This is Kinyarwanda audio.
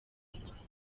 inyarwanda